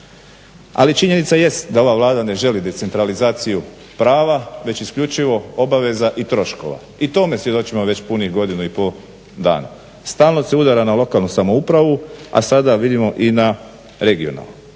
Ali činjenica jest da ova Vlada ne želi decentralizaciju prava već isključivo obaveza i troškova i tome svjedočimo već punih godinu i pol dana. Stalno se udara na lokalnu samoupravu a sada vidimo i na regionalnu,